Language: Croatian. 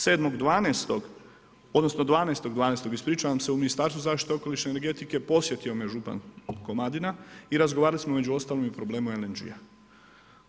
7.12., odnosno 12.12., ispričavam se, u Ministarstvu zaštite okoliša i energetike posjetio me župan Komadina i razgovarali smo između ostalog i o problemu LNG-a.